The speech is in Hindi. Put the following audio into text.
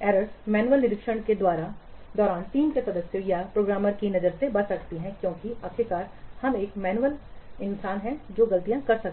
त्रुटियां मैनुअल निरीक्षण के दौरान टीम के सदस्यों या प्रोग्रामरों की नजरों से बच सकती हैं क्योंकि आखिरकार हम एक मैनुअल इंसान हैं जिनसे हम गलतियां कर सकते हैं